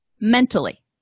mentally